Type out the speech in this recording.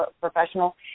professional